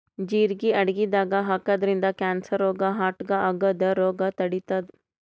ಜಿರಗಿ ಅಡಗಿದಾಗ್ ಹಾಕಿದ್ರಿನ್ದ ಕ್ಯಾನ್ಸರ್ ರೋಗ್ ಹಾರ್ಟ್ಗಾ ಆಗದ್ದ್ ರೋಗ್ ತಡಿತಾದ್